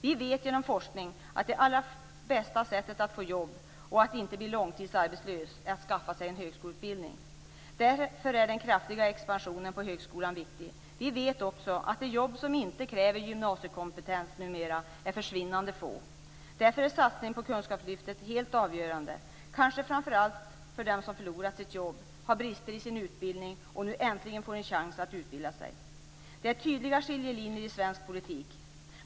Vi vet genom forskning att det allra bästa sättet att få jobb och att inte bli långtidsarbetslös är att skaffa sig en högskoleutbildning. Därför är den kraftiga expansionen på högskolan viktig. Vi vet också att de jobb som inte kräver gymnasiekompetens numera är försvinnande få. Därför är satsningen på kunskapslyftet helt avgörande - kanske framför allt för dem som förlorat sitt jobb, har brister i sin utbildning och nu äntligen får en chans att utbilda sig. Detta är tydliga skiljelinjer i svensk politik.